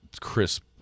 crisp